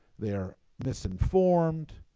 they're misinformed,